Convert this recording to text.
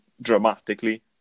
dramatically